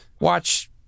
watch